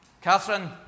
Catherine